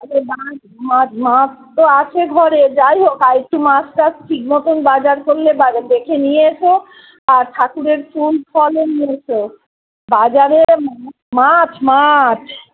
আচ্ছা মাছ মাছ মাছ তো আছে ঘরে যাই হোক আর একটু মাছ টাছ ঠিক মতন বাজার করলে দা দেখে নিয়ে এসো আর ঠাকুরের ফুল ফলও নিয়ে এসো বাজারে মাছ মাছ